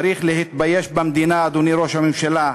צריך להתבייש במדינה, אדוני ראש הממשלה,